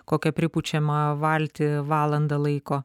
kokią pripučiamą valtį valandą laiko